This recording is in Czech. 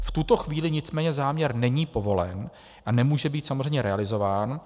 V tuto chvíli nicméně záměr není povolen a nemůže být samozřejmě realizován.